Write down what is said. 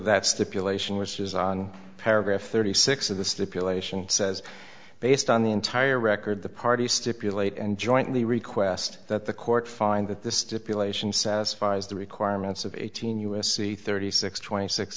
that stipulation which is on paragraph thirty six of the stipulation says based on the entire record the parties stipulate and jointly request that the court find that the stipulation satisfies the requirements of eighteen u s c thirty six twenty six